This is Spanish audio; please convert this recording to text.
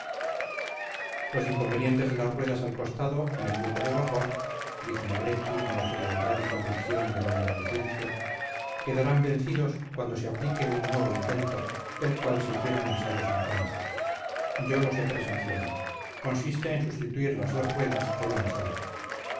los inconvenientes de las ruedas al costado en el buque de vapor dijo negretti con la frialdad y convicción del hombre de ciencia quedarán vencidos cuando se aplique un nuevo invento del cual se hicieron ensayos en francia yo los he presenciado consiste en sustituir las dos ruedas por una sola